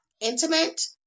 intimate